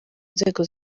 nzego